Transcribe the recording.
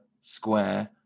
square